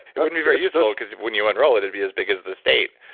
it wouldn't be very useful because when you unroll it, it'd be as big as the state,